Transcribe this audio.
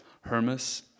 Hermes